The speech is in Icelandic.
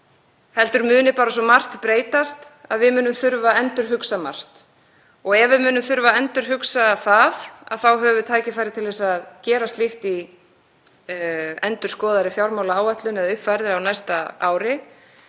heldur muni bara svo margt breytast að við munum þurfa að endurhugsa margt. Ef við munum þurfa að endurhugsa það þá höfum við tækifæri til að gera slíkt í endurskoðaðri fjármálaáætlun eða uppfærðri á næsta ári.